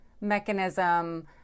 mechanism